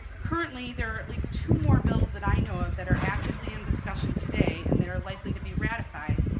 currently, there are at least two more bills that i know of that are actively in discussion today and that are likely to be ratified.